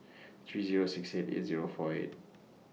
three Zero six eight eight Zero four eight